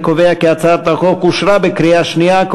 אני קובע כי הצעת החוק אושרה בקריאה שנייה,